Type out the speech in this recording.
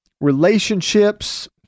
relationships